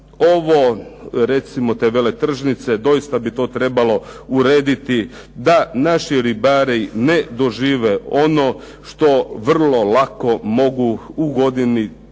ovo recimo te veletržnice, doista bi to trebalo urediti da naši ribari ne dožive ono što vrlo lako mogu u godini pred